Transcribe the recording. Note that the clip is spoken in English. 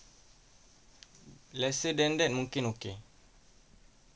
lesser than that mungkin okay